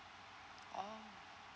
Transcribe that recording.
oh